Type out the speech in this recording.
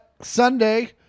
Sunday